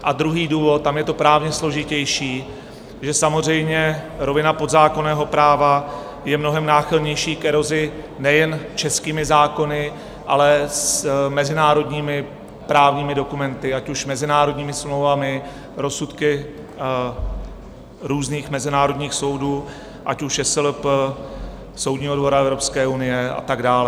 A druhý důvod, tam je to právně složitější, že samozřejmě rovina podzákonného práva je mnohem náchylnější k erozi nejen s českými zákony, ale s mezinárodními právními dokumenty, ať už mezinárodními smlouvami, rozsudky různých mezinárodních soudů, ať už SLP, Soudního dvora Evropské unie a tak dále.